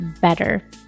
better